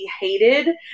hated